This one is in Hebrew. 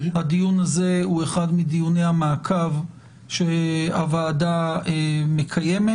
הדיון הזה הוא אחד מדיוני המעקב שהוועדה מקיימת.